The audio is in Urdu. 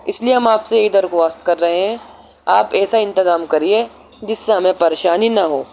اس لیے ہم آپ سے یہ درخواست کر رہے ہیں آپ ایسا انتظام کریے جس سے ہمیں پریشانی نہ ہو